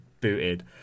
Booted